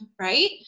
right